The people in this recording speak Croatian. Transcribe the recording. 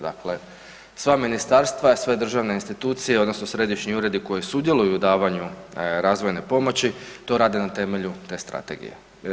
Dakle, sva ministarstva, sve državne institucije odnosno središnji uredi koji sudjeluju u davanju razvojne pomoći to rade na temelju te strategije.